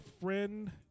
friend